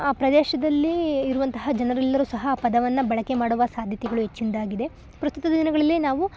ಆ ಪ್ರದೇಶದಲ್ಲಿ ಇರುವಂತಹ ಜನರೆಲ್ಲರು ಸಹ ಆ ಪದವನ್ನು ಬಳಕೆ ಮಾಡುವ ಸಾಧ್ಯತೆಗಳು ಹೆಚ್ಚಿಂದಾಗಿದೆ ಪ್ರಸ್ತುತ ದಿನಗಳಲ್ಲಿ ನಾವು